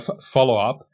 follow-up